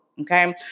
Okay